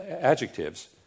adjectives